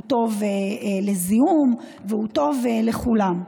שהוא טוב לזיהום ושהוא טוב לכולם.